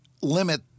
limit